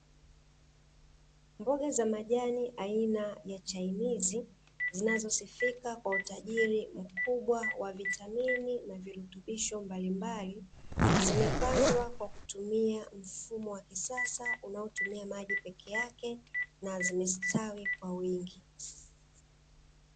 Mboga za majani aina ya chainizi zinazosifika kwa utajiri mkubwa wa vitamini na virutubisho mbalimbali, zimepandwa kwa kutumia mfumo wa kisasa unaotumia maji peke yake na zimestawi kwa wingi.